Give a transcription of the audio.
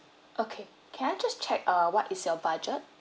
okay can I just check err what is your budget